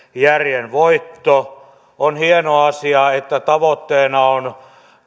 järjen voitto on hieno asia että tavoitteena on